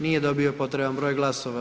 Nije dobio potreban broj glasova.